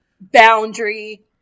boundary